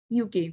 UK